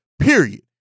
Period